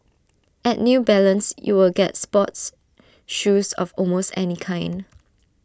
at new balance you will get sports shoes of almost any kind